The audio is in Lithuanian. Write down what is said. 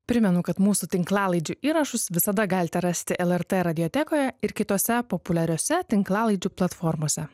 primenu kad mūsų tinklalaidžių įrašus visada galite rasti lrt radiotekoje ir kitose populiariose tinklalaidžių platformose